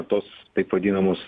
tuos taip vadinamus